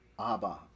Abba